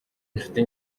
inshuti